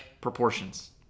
proportions